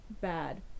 Bad